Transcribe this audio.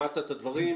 שמעת את הדברים,